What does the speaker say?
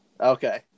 Okay